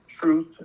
Truth